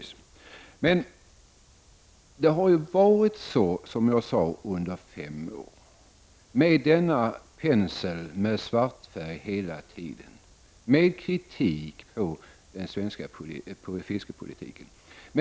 Som jag tidigare sade har det under fem år målats upp en svart bild, med kritik mot den svenska fiskepolitiken.